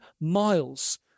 miles